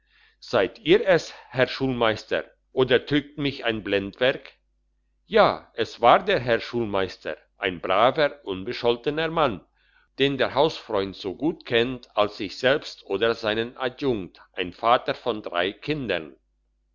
seid ihr es herr schulmeister oder trügt mich ein blendwerk ja es war der herr schulmeister ein braver unbescholtener mann den der hausfreund so gut kennt als sich selbst oder seinen adjunkt ein vater von drei kindern